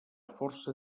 força